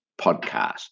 podcast